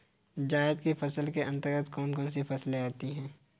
जायद की फसलों के अंतर्गत कौन कौन सी फसलें आती हैं?